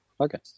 Okay